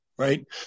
Right